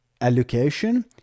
allocation